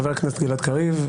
חבר הכנסת גלעד קריב.